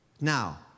Now